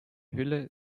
hülle